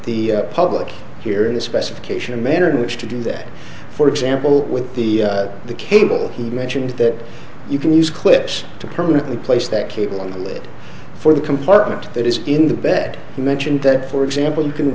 gave the public here in the specification manner in which to do that for example with the the cable he mentioned that you can use clips to permanently place that cable in the lid for the compartment that is in the bed you mentioned that for example you can